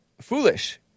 foolish